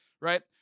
right